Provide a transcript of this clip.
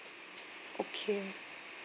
okay